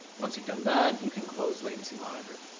once you've done that, you can close latency monitor.